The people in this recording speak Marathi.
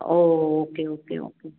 हो ओके ओके ओके